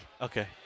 okay